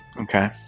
Okay